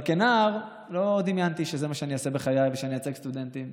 אבל כנער לא דמיינתי שזה מה שאני אעשה בחיי ושאייצג סטודנטים.